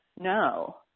No